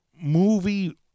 Movie